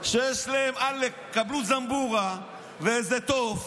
שיש להם, עלק, קיבלו זמבורה ואיזה תוף,